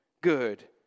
good